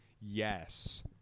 yes